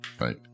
right